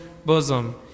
bosom